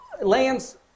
lands